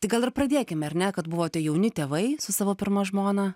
tai gal ir pradėkime ar ne kad buvote jauni tėvai su savo pirma žmona